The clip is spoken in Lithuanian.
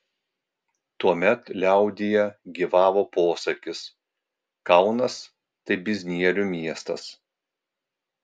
tuomet liaudyje gyvavo posakis kaunas tai biznierių miestas